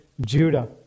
Judah